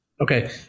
Okay